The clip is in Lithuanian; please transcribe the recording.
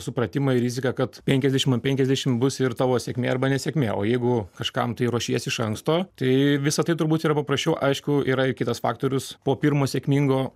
supratimą ir riziką kad penkiasdešim an penkiasdešim bus ir tavo sėkmė arba nesėkmė o jeigu kažkam tai ruošies iš anksto tai visa tai turbūt yra paprasčiau aišku yra ir kitas faktorius po pirmo sėkmingo